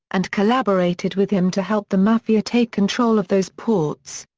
and collaborated with him to help the mafia take control of those ports.